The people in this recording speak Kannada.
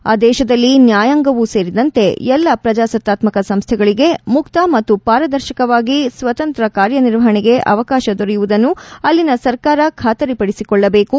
ಆ ದೇಶದಲ್ಲಿ ನ್ಯಾಯಾಂಗವೂ ಸೇರಿದಂತೆ ಎಲ್ಲಾ ಪ್ರಜಾಸತ್ತಾತ್ಕಕ ಸಂಸ್ಥೆಗಳಗೆ ಮುಕ್ತ ಮತ್ತು ಪಾರದರ್ಶಕವಾಗಿ ಸ್ವತಂತ್ರ ಕಾರ್ಯನಿರ್ವಹಣೆಗೆ ಅವಕಾಶ ದೊರೆಯುವುದನ್ನು ಅಲ್ಲಿನ ಸರ್ಕಾರ ಖಾತರಿಪಡಿಸಿಕೊಳ್ಳಬೇಕು